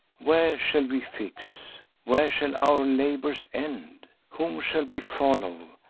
where shall we fix? where shall our labors end? whom shall we follow,